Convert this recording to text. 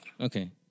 Okay